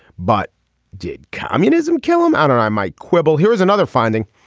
but did communism kill them out or i might quibble. here is another finding.